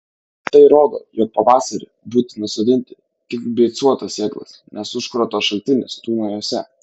tai rodo jog pavasarį būtina sodinti tik beicuotas sėklas nes užkrato šaltinis tūno jose